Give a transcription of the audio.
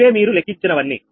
ఇవే మీరు లెక్కించినవన్నీ